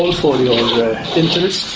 so for your interest.